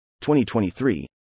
2023